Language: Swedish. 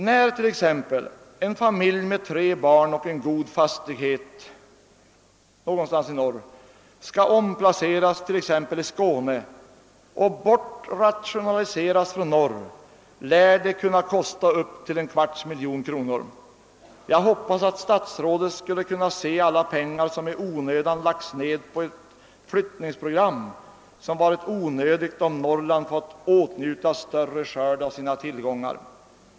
När t.ex. en familj med tre barn och en god fastighet skall bortrationaliseras från Norrland och omplaceras t.ex. i Skåne lär det kunna kosta upp till en kvarts miljon kronor. Jag önskar att statsrådet skulle kunna se alla pengar som i onödan lagts ned på ett flyttningsprogram som skulle varit onödigt om Norrland fått åtnjuta större skörd av sina tillgångar.